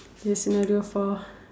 K scenario four